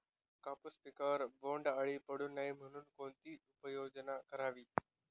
कापूस पिकावर बोंडअळी पडू नये म्हणून कोणती उपाययोजना करावी?